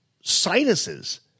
sinuses